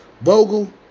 Vogel